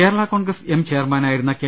Kerala Congress M ചെയർമാനായിരുന്ന K